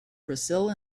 brazil